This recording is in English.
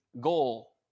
goal